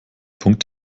punkt